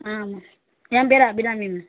ஆ ஆமாம் என் பேயரு அபிராமி மேம்